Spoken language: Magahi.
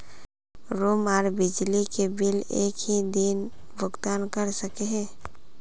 रूम आर बिजली के बिल एक हि दिन भुगतान कर सके है?